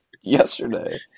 yesterday